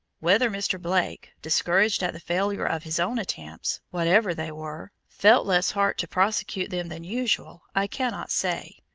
whether mr. blake, discouraged at the failure of his own attempts, whatever they were, felt less heart to prosecute them than usual i cannot say,